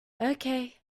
okay